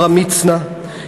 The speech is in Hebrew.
עמרם מצנע,